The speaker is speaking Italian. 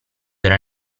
era